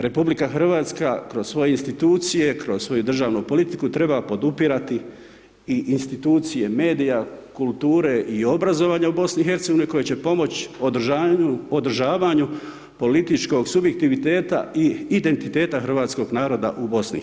RH kroz svoje institucije, kroz svoju državnu politiku treba podupirati i institucije medija, kulture i obrazovanja u BIH, koje će pomoći održavanju političkog subiktiviteta i identiteta hrvatskog naroda u BIH.